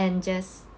and just